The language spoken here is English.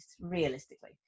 realistically